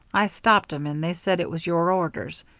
i stopped em, and they said it was your orders.